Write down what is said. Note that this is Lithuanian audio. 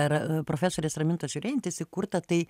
ir profesorės ramintos jurėnaitės įkurtą tai